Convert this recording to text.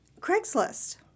craigslist